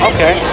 Okay